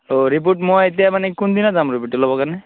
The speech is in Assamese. অঁ ৰিপ'ৰ্ট মই এতিয়া মানে কোনদিনা যাম ৰিপৰ্টটো ল'বৰ কাৰণে